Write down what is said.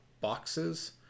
boxes